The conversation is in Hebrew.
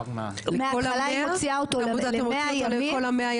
מהתחלה היא מוציאה אותו ל- 100 ימים?